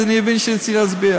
אני אבין שאני צריך להצביע.